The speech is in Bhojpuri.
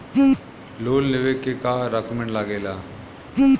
लोन लेवे के का डॉक्यूमेंट लागेला?